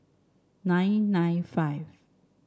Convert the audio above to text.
nine nine five